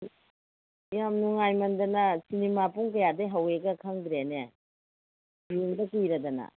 ꯌꯥꯝ ꯅꯨꯡꯉꯥꯏꯃꯟꯗꯅ ꯁꯤꯅꯤꯃꯥ ꯄꯨꯡ ꯀꯌꯥꯗꯩ ꯍꯧꯋꯦꯒ ꯈꯪꯗ꯭ꯔꯦꯅꯦ ꯌꯦꯡꯗ ꯀꯨꯏꯔꯗꯅ